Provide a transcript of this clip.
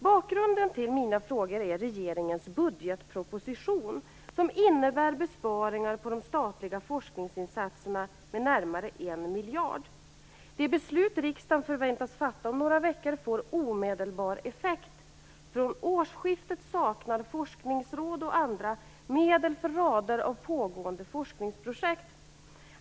Bakgrunden till mina frågor är regeringens budgetproposition, som innebär besparingar på de statliga forskningsinsatserna med närmare 1 miljard. Det beslut riksdagen förväntas fatta om några veckor får omedelbar effekt. Från årsskiftet saknar forskningsråd och andra medel för rader av pågående forskningsprojekt.